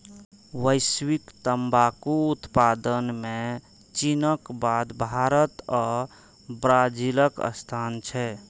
वैश्विक तंबाकू उत्पादन मे चीनक बाद भारत आ ब्राजीलक स्थान छै